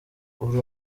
uri